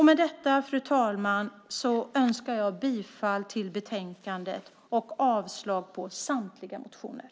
Med detta, fru talman, yrkar jag bifall till förslaget i betänkandet och avslag på samtliga motioner.